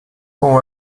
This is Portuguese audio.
com